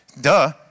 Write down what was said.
Duh